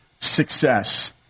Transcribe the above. success